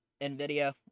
nvidia